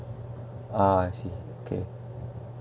ah I see okay